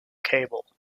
cable